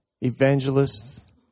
evangelists